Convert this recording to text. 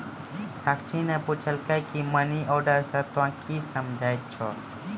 साक्षी ने पुछलकै की मनी ऑर्डर से तोंए की समझै छौ